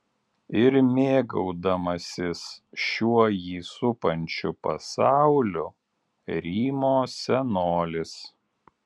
ir mėgaudamasis šiuo jį supančiu pasauliu rymo senolis